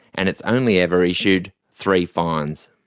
and it's only ever issued three fines.